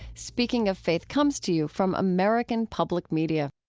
speaking of faith comes to you from american public media